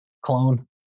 clone